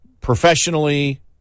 professionally